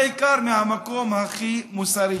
בעיקר מהמקום הכי מוסרי,